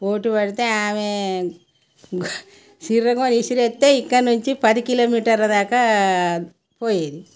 పోటీ పడితే ఆమె సిర్రగోని విసిరేస్తే ఇక్కడ నుంచి పది కిలోమీటర్ల దాకా పోయేది